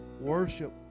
Worship